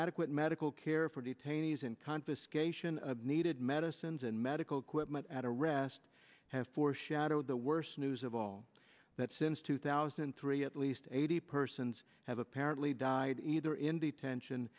adequate medical care for detainees and confiscation of needed medicines and medical equipment at a rest have foreshadowed the worst news of all that since two thousand and three at least eighty persons have apparently died either in detention